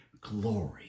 glory